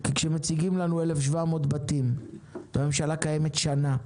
כי כשמציגים לנו 1,700 בתים והממשלה קיימת שנה,